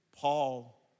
Paul